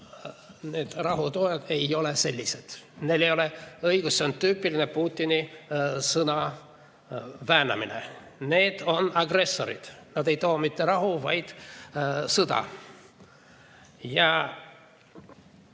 need rahutoojad ei ole sellised, neil ei ole õigus. See on tüüpiline Putini sõnaväänamine, need on agressorid, nad ei too mitte rahu, vaid sõda. Niisiis,